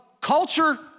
culture